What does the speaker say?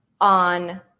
on